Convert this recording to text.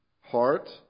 heart